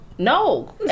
No